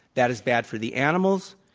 that is bad for the animals,